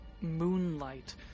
moonlight